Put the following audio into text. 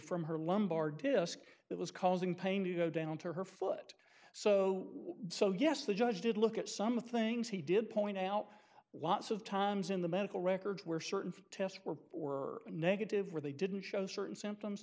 from her lumbar disc that was causing pain to go down to her foot so so yes the judge did look at some of the things he did point out lots of times in the medical records where certain tests were or negative where they didn't show certain symptoms